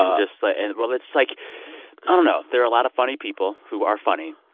ah just, like and well, it's like i don't know there are a lot of funny people who are funny.